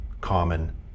common